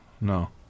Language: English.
No